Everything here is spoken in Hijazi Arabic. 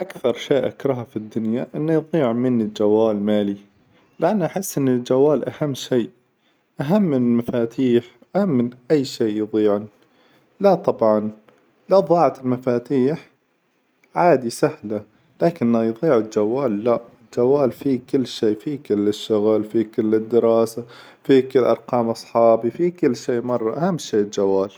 أكثر شيء أكرهه في الدنيا إنه يظيع مني الجوال مالي، لأنه أحس إن الجوال أهم شي أهم من المفاتيح، أهم من أي شيء يظيعن، لا طبعا، لا ظاعت المفاتيح عادي سهلة، لكنه يظيع الجوال لا، الجوال فيه كل شي، فيه كل الشغل، فيه كل الدراسة، فيه كل أرجام أصحابي، فيه كل شي مرة أهم شي الجوال.